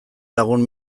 lagun